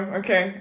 okay